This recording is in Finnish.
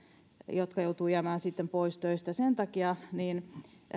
jotka joutuvat jäämään sitten pois töistä sen takia